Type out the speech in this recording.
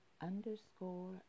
underscore